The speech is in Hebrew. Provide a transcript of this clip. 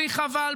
בלי חבל,